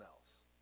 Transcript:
else